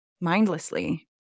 mindlessly